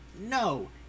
No